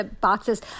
Boxes